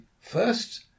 first